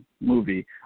movie